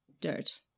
dirt